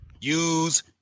use